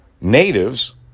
natives